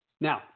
Now